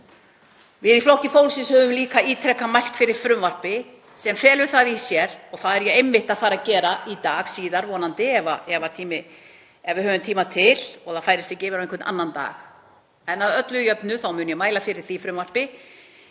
Við í Flokki fólksins höfum líka ítrekað mælt fyrir frumvarpi sem felur það í sér og það er ég einmitt að fara að gera síðar í dag vonandi ef við höfum tíma til og það færist ekki yfir á einhvern annan dag. Að öllu jöfnu mun ég mæla fyrir því frumvarpi